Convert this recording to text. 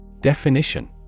Definition